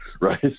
right